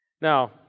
now